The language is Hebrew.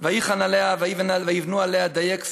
ויִחן עליה ויבנו עליה דָּיֵק סביב,